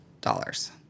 dollars